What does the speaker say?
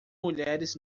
mulheres